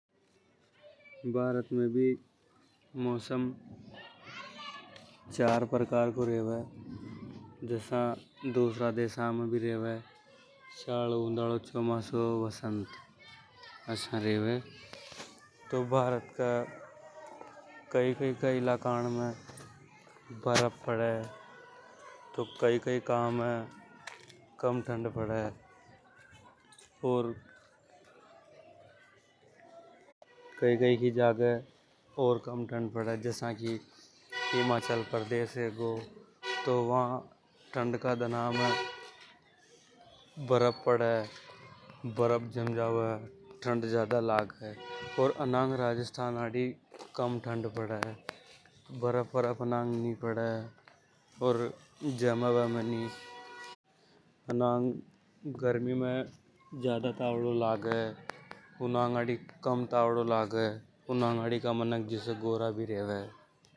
भारत में भी मौसम प्रकार को रेवे जसा दूसरा देशना में भी रेवे। शायला उंडाला चौमासा वसंत रेवे तो भारत का कई कई का इलाका में बर्फ पड़े। तो कई कई की जागे कम ठंड पड़े और कई कई की जागे ज्यादा ठंड पड़े जसा की हिमाचल प्रदेश होगा। वा ठंड की जागे बर्फ पड़े बर्फ जम जावे ठंड ज्यादा लगे। अर अनंग राजस्थान आड़ी कम ठंड पड़े बर्फ वर्क नि पड़े जमे नि। अनंग गर्मी में ज्यादा तावडो लगे उनंग कम तावड़ो लागे। अनंग आड़ी का मानक जिसे गोरा भी रेवे।